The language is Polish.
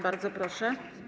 Bardzo proszę.